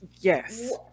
Yes